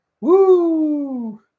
Woo